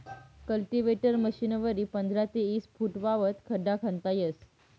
cultivator मशीनवरी पंधरा ते ईस फुटपावत खड्डा खणता येस